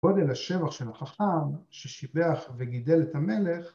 ‫גודל השבח של החכם, ‫ששיבח וגידל את המלך,